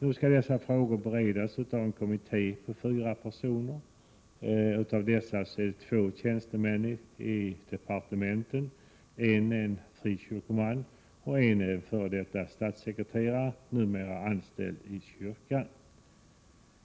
Nu skall dessa frågor beredas av en kommitté på fyra personer, nämligen två tjänstemän i departementen, en frikyrkoman och en f. d. statssekreterare, numera anställd i kyrkan.